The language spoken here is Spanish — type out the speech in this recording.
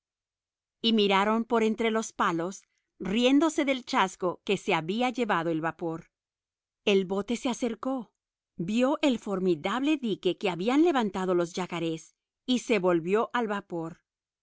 y miraron por entre los palos riéndose del chasco que se había llevado el vapor el bote se acercó vio el formidable dique que habían levantado los yacarés y se volvió al vapor